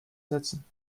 setzen